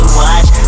watch